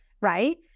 right